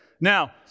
Now